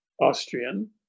Austrian